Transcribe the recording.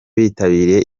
bitabiriye